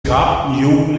begabten